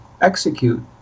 execute